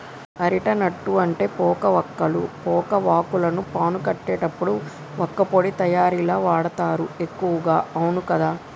areca nut అంటే పోక వక్కలు, పోక వాక్కులను పాను కట్టేటప్పుడు వక్కపొడి తయారీల వాడుతారు ఎక్కువగా అవును కదా